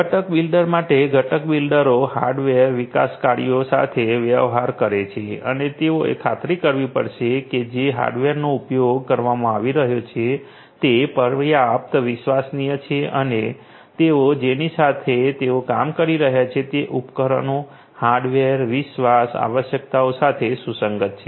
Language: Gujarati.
ઘટક બિલ્ડર માટે ઘટક બિલ્ડરો હાર્ડવેર વિકાસકર્તાઓ સાથે વ્યવહાર કરે છે અને તેઓએ ખાતરી કરવી પડશે કે જે હાર્ડવેરનો ઉપયોગ કરવામાં આવી રહ્યો છે તે પર્યાપ્ત વિશ્વાસનીય છે અને તેઓ જેની સાથે તેઓ કામ કરી રહ્યા છે તે ઉપકરણો હાર્ડવેર વિશ્વાસ આવશ્યકતાઓ સાથે સુસંગત છે